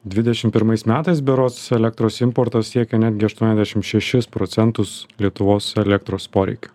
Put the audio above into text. dvidešim pirmais metais berods elektros importas siekė netgi aštuoniasdešim šešis procentus lietuvos elektros poreikio